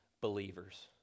believers